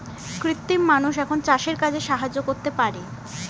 কৃত্রিম মানুষ এখন চাষের কাজে সাহায্য করতে পারে